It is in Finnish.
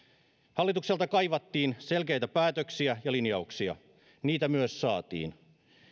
hallitukselta kaivattiin selkeitä päätöksiä ja linjauksia niitä myös saatiin